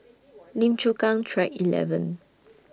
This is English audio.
Lim Chu Kang Track eleven